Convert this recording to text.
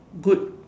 good